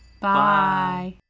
Bye